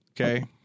Okay